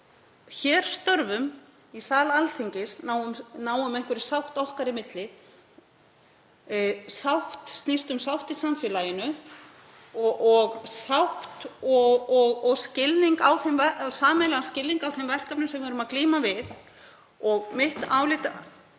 hér störfum, í sal Alþingis, náum einhverri sátt okkar í milli. Þetta snýst um sátt í samfélaginu og sátt og sameiginlegan skilning á þeim verkefnum sem við erum að glíma við. Mitt álit